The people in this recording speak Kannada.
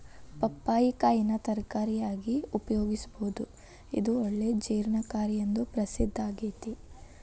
ಪಪ್ಪಾಯಿ ಕಾಯಿನ ತರಕಾರಿಯಾಗಿ ಉಪಯೋಗಿಸಬೋದು, ಇದು ಒಳ್ಳೆ ಜೇರ್ಣಕಾರಿ ಎಂದು ಪ್ರಸಿದ್ದಾಗೇತಿ